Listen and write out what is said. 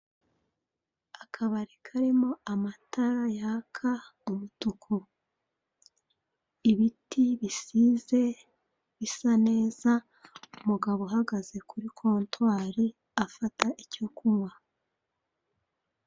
Akabari karimo amatara yaka umutuku, ibiti bisize bisa neza, umugabo uhagaze kuri kontwari afata icyo kunywa.